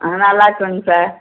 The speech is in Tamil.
ஆ நல்லாயிருக்கோங்க சார்